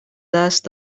دست